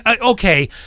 okay